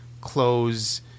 close